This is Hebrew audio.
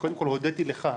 קודם כל הודיתי לך.